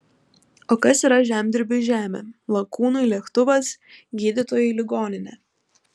o kas yra žemdirbiui žemė lakūnui lėktuvas gydytojui ligoninė